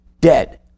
Dead